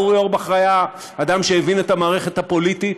אורי אורבך היה אדם שהבין את המערכת הפוליטית,